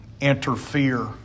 interfere